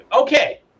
Okay